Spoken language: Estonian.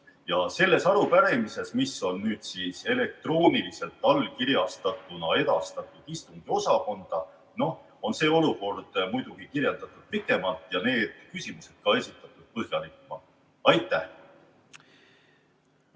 Selles arupärimises, mis on nüüd siis elektrooniliselt allkirjastatuna edastatud istungiosakonda, on see olukord muidugi kirjeldatud pikemalt ja küsimused esitatud põhjalikumalt. Aitäh!